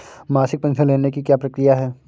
मासिक पेंशन लेने की क्या प्रक्रिया है?